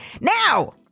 now